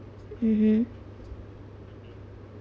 mmhmm